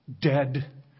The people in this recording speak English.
dead